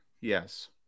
Yes